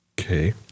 Okay